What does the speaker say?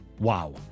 Wow